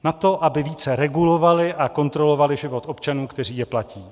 Na to, aby více regulovali a kontrolovali život občanů, kteří je platí.